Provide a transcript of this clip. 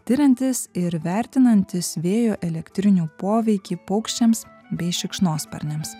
tiriantis ir vertinantis vėjo elektrinių poveikį paukščiams bei šikšnosparniams